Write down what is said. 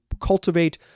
cultivate